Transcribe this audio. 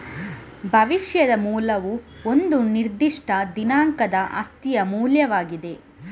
ಭವಿಷ್ಯದ ಮೌಲ್ಯವು ಒಂದು ನಿರ್ದಿಷ್ಟ ದಿನಾಂಕದ ಆಸ್ತಿಯ ಮೌಲ್ಯವಾಗಿದೆ